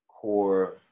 core